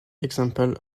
example